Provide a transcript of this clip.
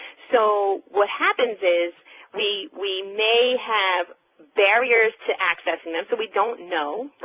so what happens is we we may have barriers to accessing them so we don't know,